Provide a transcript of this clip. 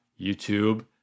YouTube